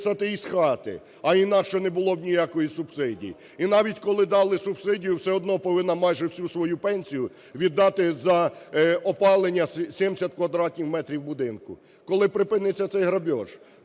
І навіть коли дали субсидію, все одно повинна майже всю свою пенсію віддати за опалення 70 квадратних метрів будинку. Коли припиниться цей грабіж?